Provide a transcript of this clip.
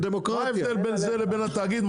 מה ההבדל בין זה לבין התאגיד,